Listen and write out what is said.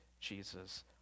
Jesus